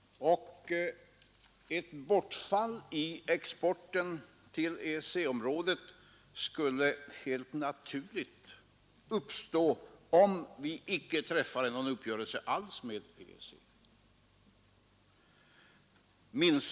Och ett bortfall i exporten till EEC-området skulle helt naturligt uppstå, om vi icke träffade någon uppgörelse alls med EEC.